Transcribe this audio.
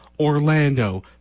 Orlando